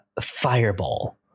Fireball